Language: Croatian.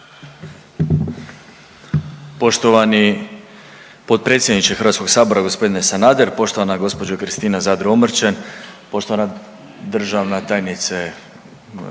Poštovani potpredsjedniče Hrvatskog sabora gospodine Sanader, poštovana gospođo Kristina Zadro Omrčen, poštovana državna tajnice